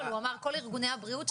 הוא אמר כל ארגוני הבריאות,